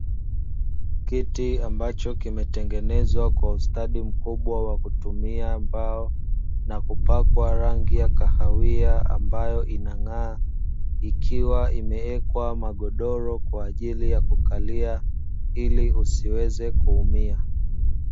Kiti ambacho kimetengenezwa kwa ustadi mkubwa wa kutumia mbao na kupakwa rangi ya kahawia ambayo inang'aa, ikiwa imewekwa magodoro kwa ajili ya kukalia ili usiweze kuumia.